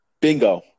Bingo